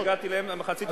עוד לא הגעתי למחצית הזמן.